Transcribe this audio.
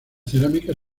cerámica